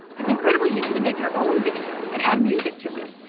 it's incredibly easy to make your own video and add music to it.